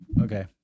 Okay